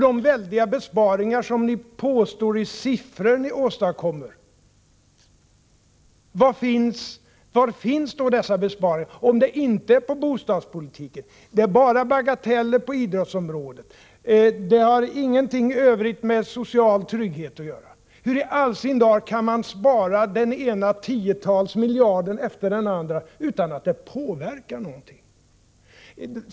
De väldiga besparingar i siffror som ni påstår att ni åstadkommer måste ju slå igenom någonstans. Var finns då dessa besparingar, om de inte finns på bostadspolitikens område, om de bara gäller bagateller på idrottens område och om de i övrigt ingenting har att göra med social trygghet? Hur kan man spara det ena tiotalet miljarder efter det andra utan att det påverkar någonting?